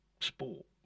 sport